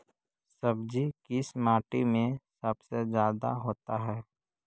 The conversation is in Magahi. सब्जी किस माटी में सबसे ज्यादा होता है?